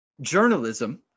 journalism